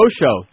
show